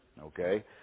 okay